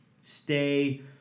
Stay